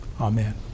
Amen